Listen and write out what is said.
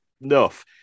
enough